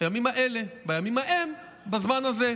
בימים ההם, בזמן הזה.